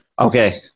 Okay